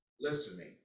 listening